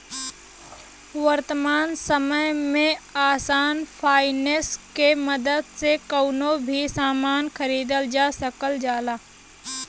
वर्तमान समय में आसान फाइनेंस के मदद से कउनो भी सामान खरीदल जा सकल जाला